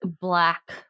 black